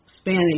Spanish